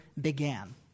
began